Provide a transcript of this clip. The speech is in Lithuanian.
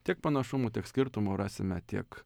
tiek panašumų tiek skirtumų rasime tiek